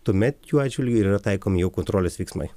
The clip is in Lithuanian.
tuomet jų atžvilgiu ir yra taikomi jau kontrolės veiksmai